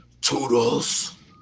Toodles